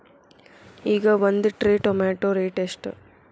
ಈಗ ಒಂದ್ tray tomato rate ಎಷ್ಟ?